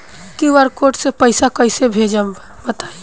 QR code से पईसा कईसे भेजब बताई?